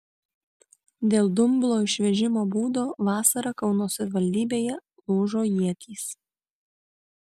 dėl dumblo išvežimo būdo vasarą kauno savivaldybėje lūžo ietys